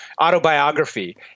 autobiography